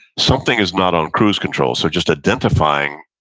something is not on cruise control, so just identifying,